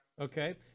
Okay